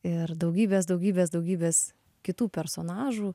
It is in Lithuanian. ir daugybės daugybės daugybės kitų personažų